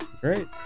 great